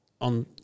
on